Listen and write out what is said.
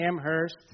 Amherst